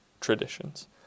traditions